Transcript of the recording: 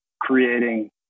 creating